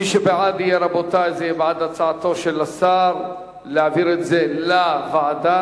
מי שבעד הוא בעד הצעתו של השר להעביר את הנושא לוועדה.